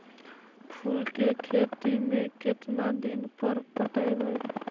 फूल के खेती में केतना दिन पर पटइबै?